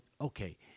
okay